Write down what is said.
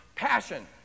passion